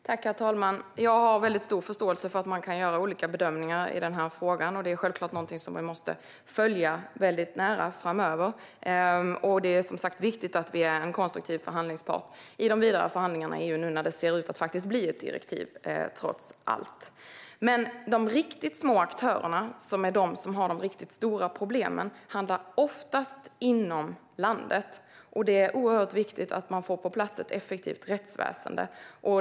Herr talman! Jag har stor förståelse för att man kan göra olika bedömningar i frågan. Detta är självklart någonting som vi måste följa nära framöver. Det är som sagt viktigt att vi är en konstruktiv förhandlingspart i de vidare förhandlingarna i EU nu när det ser ut att trots allt bli ett direktiv. Men de riktigt små aktörerna, som är de som har de riktigt stora problemen, handlar oftast inom landet. Det är oerhört viktigt att man får ett effektivt rättsväsen på plats.